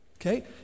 Okay